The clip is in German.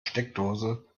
steckdose